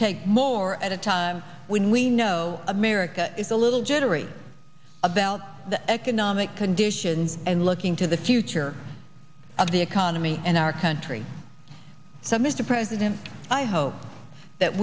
take more at a time when we know america is a little jittery about the economic conditions and looking to the future of the economy in our country so mr president i hope that